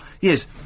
Yes